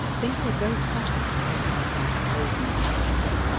thinking it very possible that this might be maiden modesty,